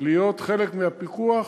להיות חלק מהפיקוח?